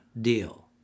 deal